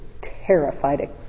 terrified